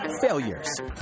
Failures